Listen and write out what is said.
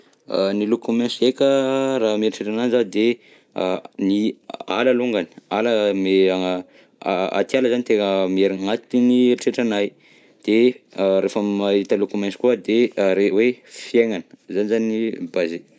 Ny loko maiso heka, raha mieritreritra ananjy zaho de ny ala alongany, ala mie- atiala zany tegna miherigna agnatiny eritreritranahy, de rehefa mahita loko maiso koa de le hoe fiaignana, zay zany ny base.